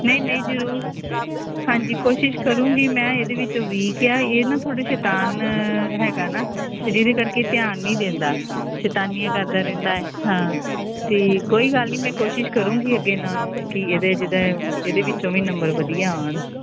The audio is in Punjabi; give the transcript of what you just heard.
ਨਹੀਂ ਨਹੀਂ ਜ਼ਰੂਰ ਹਾਂਜੀ ਕੋਸ਼ਿਸ਼ ਕਰੂੰਗੀ ਮੈਂ ਇਹਦੇ ਵਿੱਚੋਂ ਵੀਕ ਆ ਇਹ ਨਾ ਥੋੜ੍ਹਾ ਸ਼ੈਤਾਨ ਹੈਗਾ ਨਾ ਅਤੇ ਜਿਹਦੇ ਕਰਕੇ ਧਿਆਨ ਨਹੀਂ ਦਿੰਦਾ ਸ਼ੈਤਾਨੀਆਂ ਕਰਦਾ ਰਹਿੰਦਾ ਹੈ ਹਾਂ ਅਤੇ ਕੋਈ ਗੱਲ ਨਹੀਂ ਮੈਂ ਕੋਸ਼ਿਸ਼ ਕਰੂੰਗੀ ਅੱਗੇ ਨਾਲੋਂ ਕਿ ਇਹਦੇ ਜਿਹੜਾ ਹੈ ਉਹ ਇਹਦੇ ਵਿੱਚੋਂ ਵੀ ਨੰਬਰ ਵਧੀਆ ਆਣ